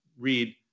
read